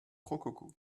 rococo